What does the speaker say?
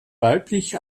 weiblich